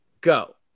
Go